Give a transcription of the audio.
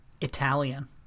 Italian